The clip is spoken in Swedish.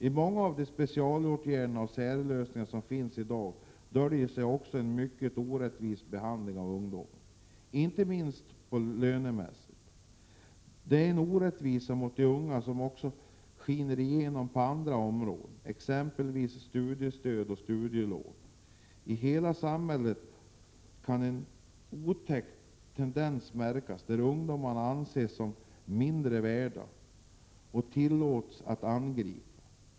I många av de specialåtgärder och särlösningar som finns i dag döljer sig också en mycket orättvis behandling av ungdomen, inte minst lönemässigt. Det är orättvisor mot de unga som också skiner igenom på andra områden, exempelvis vad gäller studiestöd och studielån. I samhället finns en otäck tendens att ungdomar anses som ”mindre värda” och tillåtna att angripa.